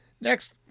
Next